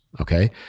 Okay